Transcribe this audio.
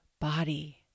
body